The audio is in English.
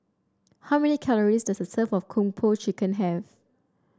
how many calories does a serve of Kung Po Chicken have